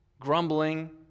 grumbling